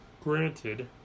Granted